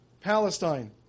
Palestine